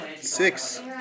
Six